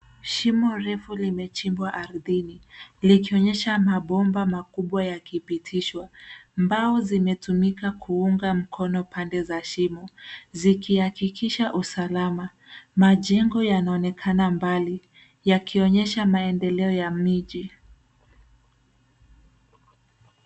Shimo refu limechimbwa ardhini likionyesha mabomba makubwa yakipitishwa. Mbao zimetumika kuunga mkono pande za shimo zikihakikisha usalama. Majengo yanaonekana mbali, yakionyesha maendeleo ya miji.